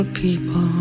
people